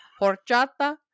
horchata